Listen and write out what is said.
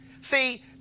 See